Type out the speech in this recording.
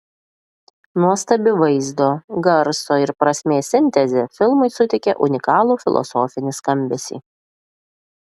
nuostabi vaizdo garso ir prasmės sintezė filmui suteikia unikalų filosofinį skambesį